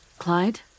Clyde